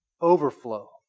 overflow